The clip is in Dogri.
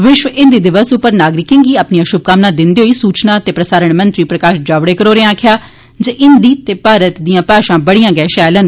विश्व हिंदी दिवस उप्पर नागरिकें गी अपनियां शुभकामनां दिंदे होई सूचना प्रसारण मंत्री प्रकाश जावड़ेकर होरें आक्खेआ जे हिंदी ते भारत दिया भाषा बड़िया शैल न